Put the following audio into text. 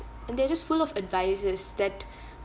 and they're just full of advices that